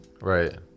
right